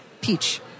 peach